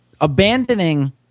abandoning